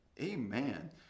Amen